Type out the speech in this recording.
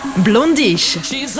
blondish